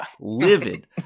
livid